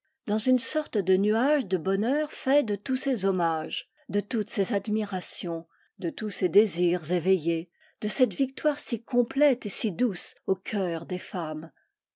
dans une sorte de nuage de bonheur fait de tous ces hommages de toutes ces admirations de tous ces désirs éveillés de cette victoire si complète et si douce au cœur des femmes